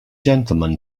gentlemen